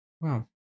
Wow